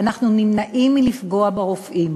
אנחנו נמנעים מלפגוע ברופאים,